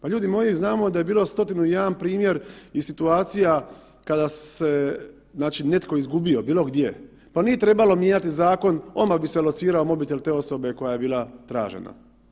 Pa ljudi moji, znamo da je bilo stotinu i jedan primjer i situacija kada se netko izgubio, bilo gdje, pa nije trebalo mijenjati zakon, odmah bi se locirao mobitel te osobe koja je bila tražena.